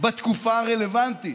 בתקופה הרלוונטית,